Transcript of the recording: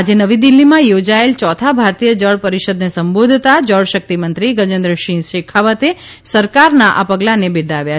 આજે નવી દિલ્ફીમાં યોજાયેલ ચોથા ભારતીય જળ પરીષદને સંબોધતા જળશકિત મંત્રી ગજેન્દ્રસિંહ શેખાવતે સરકારના આ પગલાને બિરદાવ્યા